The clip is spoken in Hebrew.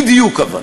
אבל בדיוק.